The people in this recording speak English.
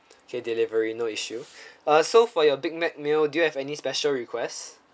okay delivery no issue uh so for your big mac meal do you have any special requests